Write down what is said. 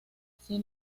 sin